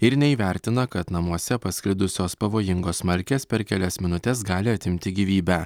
ir neįvertina kad namuose pasklidusios pavojingos smalkės per kelias minutes gali atimti gyvybę